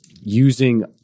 using